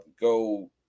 go